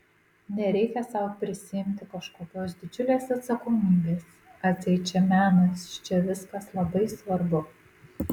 nereikia sau prisiimti kažkokios didžiulės atsakomybės atseit čia menas čia viskas labai svarbu